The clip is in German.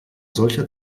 solcher